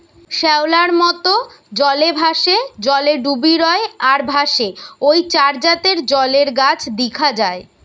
শ্যাওলার মত, জলে ভাসে, জলে ডুবি রয় আর ভাসে ঔ চার জাতের জলের গাছ দিখা যায়